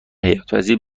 حیاتپذیر